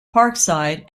parkside